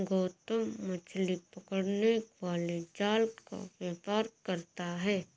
गौतम मछली पकड़ने वाले जाल का व्यापार करता है